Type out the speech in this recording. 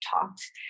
talked